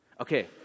okay